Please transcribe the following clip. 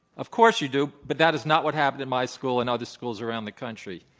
of course you do. but that is not what happened in my school and other schools around the country.